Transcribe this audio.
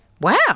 wow